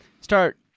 start